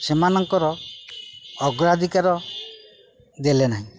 ସେମାନଙ୍କର ଅଗ୍ରାଧିକାର ଦେଲେ ନାହିଁ